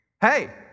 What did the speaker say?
hey